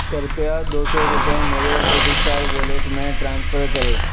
कृपया दो सौ रुपये मेरे हॉट स्टार वॉलेट में ट्रांसफ़र करें